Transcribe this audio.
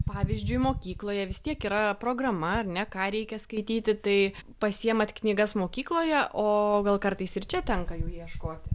pavyzdžiui mokykloje vis tiek yra programa ar ne ką reikia skaityti tai pasiimat knygas mokykloje o gal kartais ir čia tenka jų ieškoti